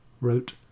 wrote